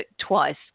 twice